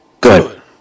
good